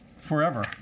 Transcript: Forever